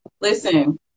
Listen